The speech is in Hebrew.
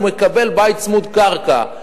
והוא מקבל בית צמוד-קרקע.